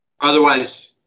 Otherwise